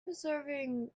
observing